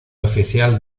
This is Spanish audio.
oficial